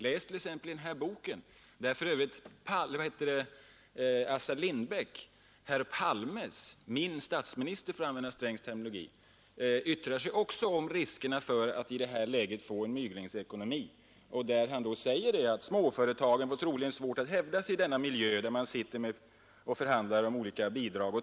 Läs t.ex. i denna bok, Blandekonomi på villovägar, där Assar Lindbeck, partivän till herr Palme — ”min” statsminister, för att använda herr Strängs terminologi — yttrar sig om riskerna för att i detta läge få en myglingsekonomi och förklarar att småföretagen troligen får svårt att hävda sig i förhandlingarna om olika bidrag.